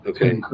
Okay